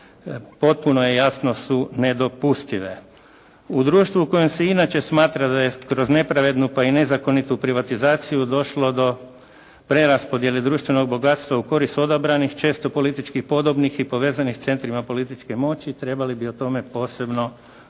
potpuno je jasno su nedopustive. U društvu u kojem se inače smatra da je kroz nepravednu pa i nezakonitu privatizaciju došlo do preraspodjele društvenog bogatstva u korist odabranih, često politički podobnih i povezanih s centrima političke moći trebali bi o tome posebno voditi